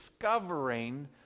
discovering